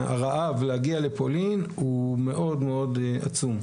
הרעב להגיע לפולין הוא מאוד מאוד עצום.